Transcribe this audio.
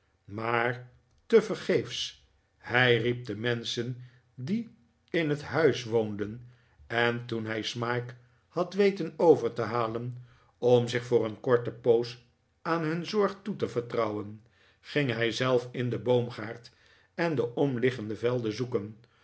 maar tevergeefs hij riep de menschen die in het huis woonden en toen hij smike had weten over te halen om zich voor een korte poos aan hun zorg toe te vertrouwen ging hij zelf in den boomgaard en de omliggende velden zoeken